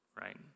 right